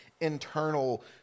internal